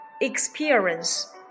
experience